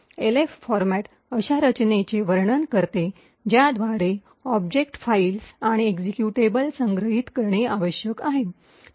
elf format अशा रचनेचे वर्णन करते ज्याद्वारे ऑब्जेक्ट फाइल्स आणि एक्झिक्युटेबल संग्रहित करणे आवश्यक आहे